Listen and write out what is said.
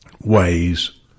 ways